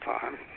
time